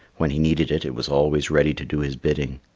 when he needed it, it was always ready to do his bidding,